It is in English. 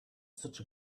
such